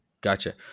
gotcha